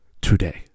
today